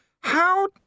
How